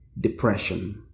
depression